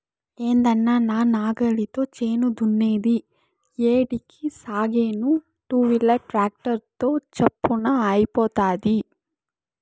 ఏందన్నా నా నాగలితో చేను దున్నేది ఏడికి సాగేను టూవీలర్ ట్రాక్టర్ తో చప్పున అయిపోతాది